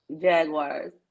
Jaguars